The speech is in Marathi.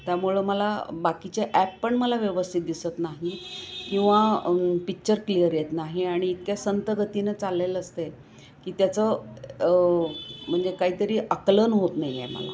त्यामुळं मला बाकीच्या ॲप पण मला व्यवस्थित दिसत नाही किंवा पिच्चर क्लिअर येत नाही आणि इतक्या संथगतीनं चाललेलं असते की त्याचं म्हणजे काहीतरी आकलन होत नाहीये मला